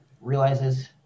realizes